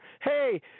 hey